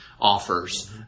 offers